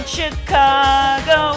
Chicago